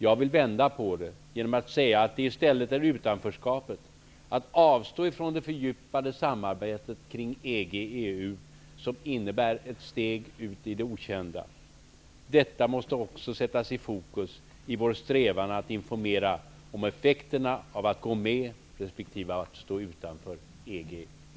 Jag vill vända på detta genom att säga att det i stället är utanförskapet -- att avstå från det fördjupade samarbetet kring EG EU.